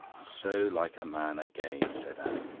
so like a man again! said anne.